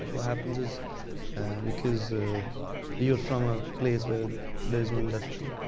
what happens is because you're from a place where there's no industry,